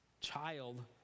child